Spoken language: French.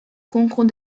concours